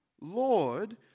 Lord